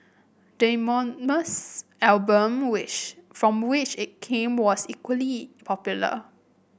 the eponymous album which from which it came was equally popular